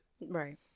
right